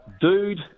Dude